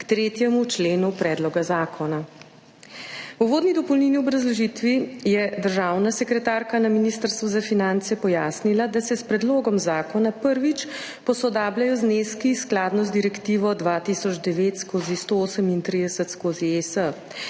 k 3. členu Predloga zakona. V uvodni dopolnilni obrazložitvi je državna sekretarka na Ministrstvu za finance pojasnila, da se s predlogom zakona prvič posodabljajo zneski skladno z Direktivo 2009/138/ES.